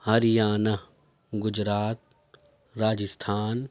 Haryana Gujarat Rajasthan